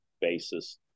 basis